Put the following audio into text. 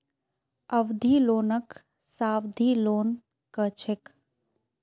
अवधि लोनक सावधि लोन कह छेक